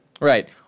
Right